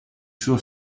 suo